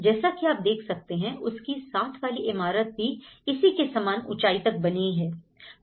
जैसा कि आप देख सकते हैं उसकी साथ वाली इमारत भी इसी के समान ऊंचाई तक बन रही है